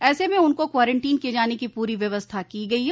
ऐसे में उनको क्वारेंटीन किये जाने की पूरी व्यवस्था की गई है